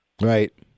Right